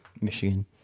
Michigan